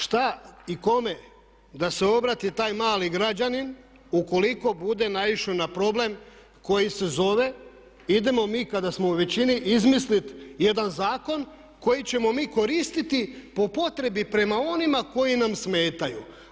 Šta i kome da se obrati taj mali građani ukoliko bude naišao na problem koji se zove idemo mi kada smo u većini izmisliti jedan zakon koji ćemo mi koristiti po potrebi prema onima koji nam smetaju.